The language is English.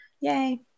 yay